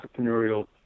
entrepreneurial